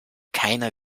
keiner